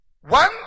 One